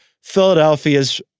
Philadelphia's